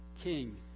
king